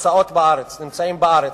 נמצאים בארץ,